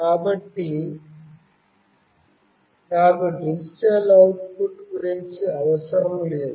కాబట్టి నాకు digital output గురించి అవసరం లేదు